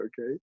okay